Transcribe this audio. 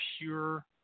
pure